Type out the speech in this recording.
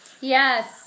Yes